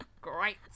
Great